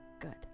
good